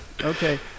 Okay